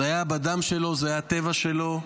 זה היה בדם שלו, זה היה הטבע שלו,